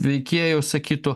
veikėjų sakytų